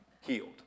healed